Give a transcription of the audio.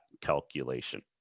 calculation